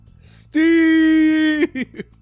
Steve